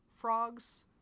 frogs